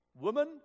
Woman